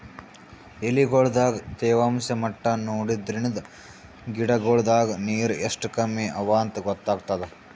ಎಲಿಗೊಳ್ ದಾಗ ತೇವಾಂಷ್ ಮಟ್ಟಾ ನೋಡದ್ರಿನ್ದ ಗಿಡಗೋಳ್ ದಾಗ ನೀರ್ ಎಷ್ಟ್ ಕಮ್ಮಿ ಅವಾಂತ್ ಗೊತ್ತಾಗ್ತದ